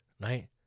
right